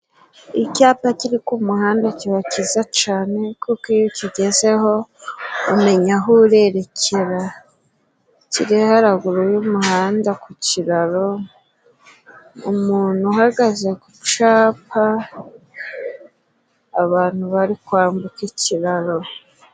Icyapa kiri ku muhanda kiba kiza cane kuko iyo ukigezeho umenya aho urererekera kiri haruguru y'umuhanda ku kiraro. Umuntu uhagaze ku capa abantu barikwambuka ikiraro.